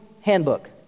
handbook